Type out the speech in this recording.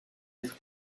être